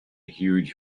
huge